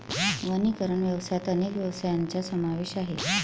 वनीकरण व्यवसायात अनेक व्यवसायांचा समावेश आहे